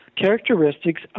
characteristics